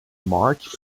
march